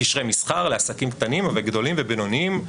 קשרי מסחר לעסקים קטנים וגדולים ובינוניים,